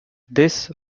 this